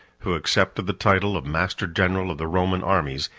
who accepted the title of master-general of the roman armies,